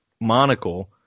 monocle